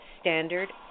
Standard